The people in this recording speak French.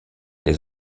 des